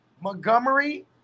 Montgomery